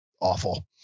awful